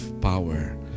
power